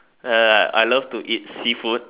uh I love to eat seafood